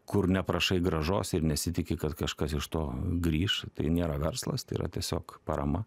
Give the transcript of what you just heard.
kur neprašai grąžos ir nesitiki kad kažkas iš to grįš tai nėra verslas tai yra tiesiog parama